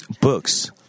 Books